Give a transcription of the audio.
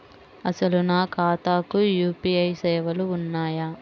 అసలు నా ఖాతాకు యూ.పీ.ఐ సేవలు ఉన్నాయా?